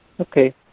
Okay